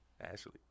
Ashley